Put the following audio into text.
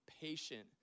patient